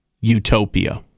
utopia